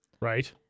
Right